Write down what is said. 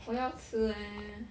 我要吃 eh